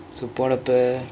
so போனப்ப:ponnapa